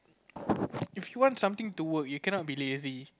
if you want something to work you cannot be lazy